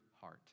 heart